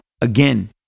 again